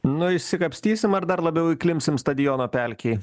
nu išsikapstysim ar dar labiau įklimpsim stadiono pelkėj